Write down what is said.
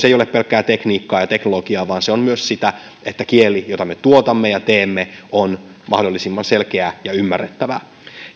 ei ole pelkkää tekniikkaa ja teknologiaa vaan se on myös sitä että kieli jota me tuotamme ja teemme on mahdollisimman selkeää ja ymmärrettävää